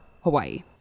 Hawaii